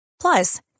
Plus